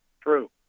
true